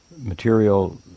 material